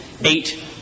eight